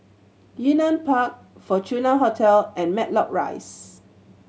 Yunnan Park Fortuna Hotel and Matlock Rise